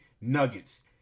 nuggets